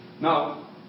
Now